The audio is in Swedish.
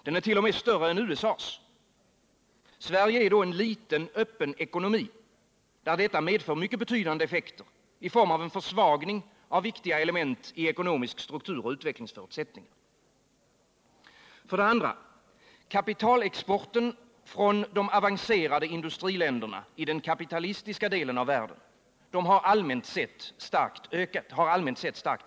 Den ärt.o.m. större än USA:s. Sverige är då en liten, öppen ekonomi, där detta medför mycket betydande effekter i form av en försvagning av viktiga element i ekonomisk struktur och utvecklingsförutsättningar. För det andra: Kapitalexporten från de avancerade industriländerna i den kapitalistiska delen av världen har allmänt sett starkt ökat.